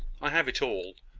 i have it all.